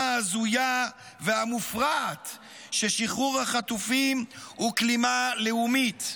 ההזויה והמופרעת ששחרור החטופים הוא כלימה לאומית.